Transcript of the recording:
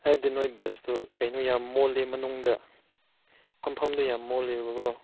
ꯍꯥꯏꯕꯗꯤ ꯅꯣꯏ ꯕꯁꯇꯨ ꯀꯩꯅꯣ ꯌꯥꯝ ꯃꯣꯠꯂꯤ ꯃꯅꯨꯡꯗ ꯐꯝꯐꯝꯗꯣ ꯌꯥꯝ ꯃꯣꯠꯂꯤꯕꯀꯣ